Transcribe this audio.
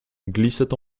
glissait